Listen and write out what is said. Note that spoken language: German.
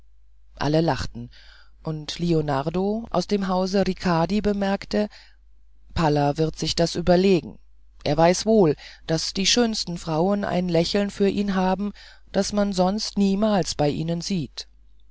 alle lachten und lionardo aus dem hause ricardi bemerkte palla wird sich das überlegen er weiß wohl daß die schönsten frauen ein lächeln für ihn haben das man sonst niemals bei ihnen sieht